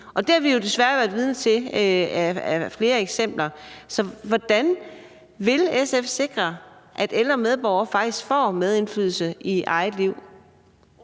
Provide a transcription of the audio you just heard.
Det har vi jo desværre været vidne til i flere tilfælde. Så hvordan vil SF sikre, at ældre medborgere faktisk får medindflydelse i eget liv?